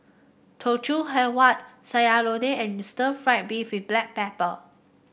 teochew huat what Sayur Lodeh and stir fry beef with Black Pepper